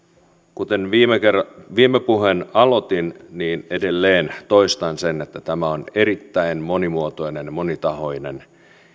kuten viime puheen aloitin edelleen toistan sen että tämä on erittäin monimuotoinen ja monitahoinen